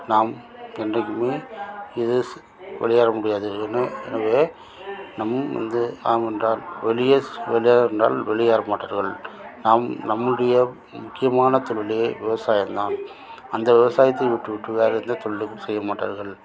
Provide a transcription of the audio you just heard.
நாம் இது ஸ் விளையாட முடியாது என எனவே நம் வந்து ஆம் என்றால் வெளியே ஸ் விளையாண்டால் வெளியே வர மாட்டார்கள் நாம் நம்முடைய முக்கிய முக்கியமான தொழிலே விவசாயம் தான் அந்த விவசாயத்தை விட்டு விட்டு வேறு எந்த தொழிலும் செய்ய மாட்டார்கள்